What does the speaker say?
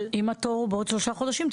אם התור הוא בעוד שלושה חודשים,